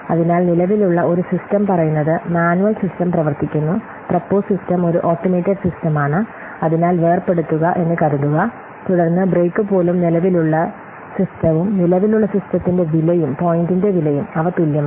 അതിനാൽ നിലവിലുള്ള ഒരു സിസ്റ്റം പറയുന്നത് മാനുവൽ സിസ്റ്റം പ്രവർത്തിക്കുന്നു പ്രൊപ്പോസ് സിസ്റ്റം ഒരു ഓട്ടോമേറ്റഡ് സിസ്റ്റമാണ് അതിനാൽ വേർപെടുത്തുക എന്ന് കരുതുക തുടർന്ന് ബ്രേക്ക് പോലും നിലവിലുള്ള സിസ്റ്റവും നിലവിലുള്ള സിസ്റ്റത്തിന്റെ വിലയും പോയിന്റിന്റെ വിലയും അവ തുല്യമാണ്